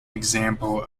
example